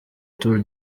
tour